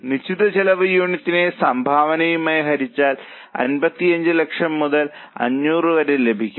നിശ്ചിത ചെലവ് യൂണിറ്റിനെ സംഭാവനയുമായി ഹരിച്ചാൽ 55 ലക്ഷം മുതൽ 500 വരെ ലഭിക്കും